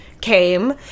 came